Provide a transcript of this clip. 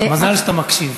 מזל שאתה מקשיב.